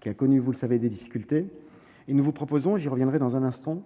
qui a connu, vous le savez, des difficultés. Et nous vous proposons- j'y reviendrai dans un instant